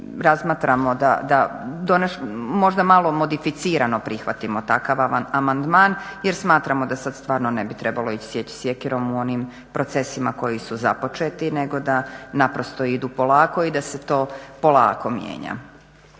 razmatramo da možda malo modificirano prihvatimo takav amandman jer smatramo da sad stvarno ne bi trebalo ići sjeći sjekirom u onim procesima koji su započeti nego da naprosto idu polako i da se to polako mijenja.